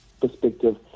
perspective